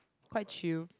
quite chill